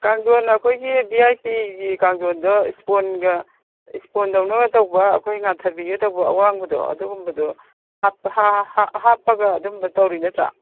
ꯀꯥꯡꯊꯣꯟ ꯑꯩꯈꯣꯏꯒꯤ V I ꯄꯤꯒꯤ ꯀꯥꯡꯊꯣꯟꯗꯣ ꯁ꯭ꯄꯣꯟꯒ ꯁ꯭ꯄꯣꯟꯗꯧꯅꯒ ꯇꯧꯕ ꯑꯩꯈꯣꯏ ꯉꯥꯊꯕꯤꯒ ꯇꯧꯕ ꯑꯋꯥꯡꯕꯗꯣ ꯑꯗꯨꯒꯨꯝꯕꯗꯣ ꯍꯥꯞꯄꯒ ꯑꯗꯨꯝꯕ ꯇꯧꯔꯤ ꯅꯠꯇ꯭ꯔꯥ